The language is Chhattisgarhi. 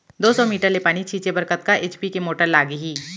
दो सौ मीटर ले पानी छिंचे बर कतका एच.पी के मोटर लागही?